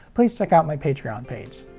please check out my patreon page.